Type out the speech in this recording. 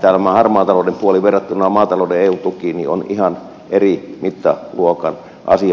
tämä harmaan talouden puoli verrattuna maatalouden eu tukiin on ihan eri mittaluokan asia